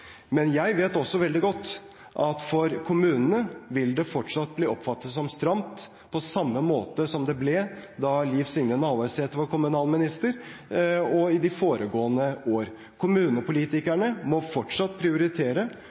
Men jeg vet også veldig godt at for kommunene vil det fortsatt bli oppfattet som stramt, på samme måte som det ble da Liv Signe Navarsete var kommunalminister og i de foregående år. Kommunepolitikerne må fortsatt prioritere.